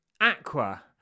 Aqua